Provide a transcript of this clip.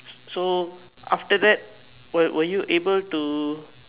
so after that were were you able to